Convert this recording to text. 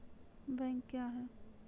Bank क्या हैं?